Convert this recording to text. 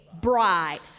bride